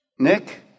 Nick